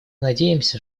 надеемся